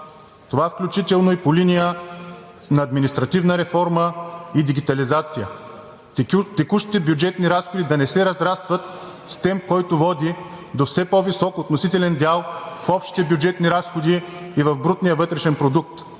това включително, и по линия на административна реформа и дигитализация. Текущите бюджетни разходи да не се разрастват с темп, които водят до все по-висок относителен дял в общите бюджетни разходи и в брутния вътрешен продукт.